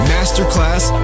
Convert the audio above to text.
Masterclass